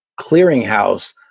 clearinghouse